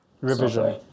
Revision